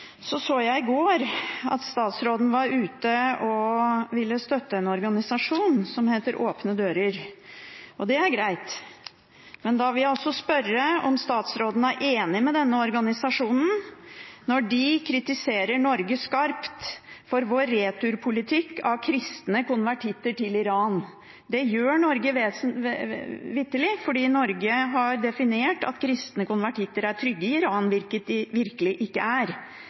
så jeg at statsråden var ute og ville støtte en organisasjon som heter Åpne Dører. Det er greit. Men da vil jeg også spørre om statsråden er enig med denne organisasjonen når de skarpt kritiserer Norge for vår returpolitikk av kristne konvertitter, til Iran. Det gjør Norge vitterlig, for Norge har definert at kristne konvertitter er trygge i Iran, hvilket de virkelig ikke er.